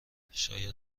شاید